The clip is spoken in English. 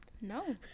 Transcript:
No